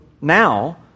now